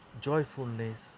joyfulness